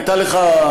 הייתה לך,